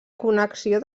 connexió